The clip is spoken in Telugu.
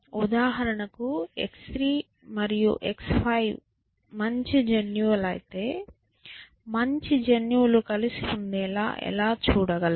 ఉదాహరణకు x3 మరియు x5 మంచి జన్యువులైతే మంచి జన్యువులు కలిసి ఉండేలా ఎలా చూడగలం